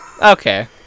Okay